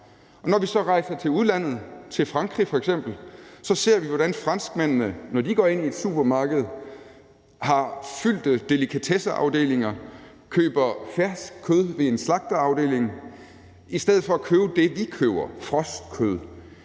når vi så rejser til udlandet, til Frankrig f.eks., ser vi, hvordan franskmændene, når de går ind i et supermarked, har fyldte delikatesseafdelinger og køber fersk kød ved en slagterafdeling i stedet for at købe det, vi køber, nemlig frostkød,